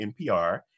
NPR